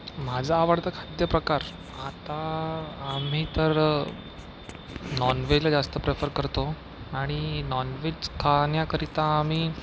माझं आवडतं खाद्यप्रकार आता आम्ही तर नॉनव्हेजला जास्त प्रेफर करतो आणि नॉनव्हेज खाण्याकरिता आम्ही